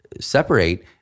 separate